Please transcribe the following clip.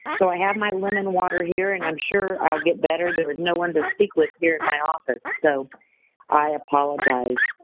so i have my lemon water here and i'm sure i'll get better. there was no one to speak with here in my office, so i apologize.